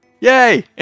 Yay